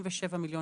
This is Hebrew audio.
ב-46,000,000